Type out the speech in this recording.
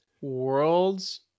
Worlds